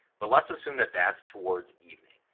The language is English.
but let's assume that that's towards evening.